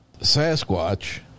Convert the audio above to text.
Sasquatch